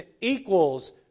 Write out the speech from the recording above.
equals